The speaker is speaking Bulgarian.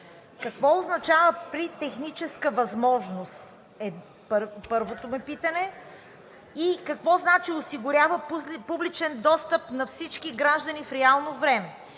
какво означава „при техническа възможност“, е първото ми питане? И какво означава „осигурява публичен достъп на всички граждани в реално време“?